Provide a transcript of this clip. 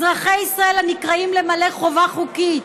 אזרחי ישראל הנקראים למלא חובה חוקית.